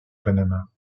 panama